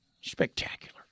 Spectacular